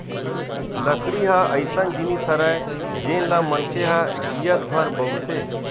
लकड़ी ह अइसन जिनिस हरय जेन ल मनखे ह जियत भर बउरथे